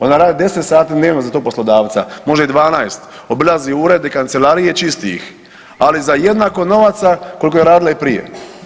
Ona radi 10 sati dnevno za tog poslodavca možda i 12, obilazi urede i kancelarije, čisti ih, ali za jednako novaca koliko je radila i prije.